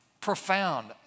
profound